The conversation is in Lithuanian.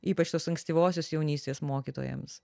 ypač tos ankstyvosios jaunystės mokytojams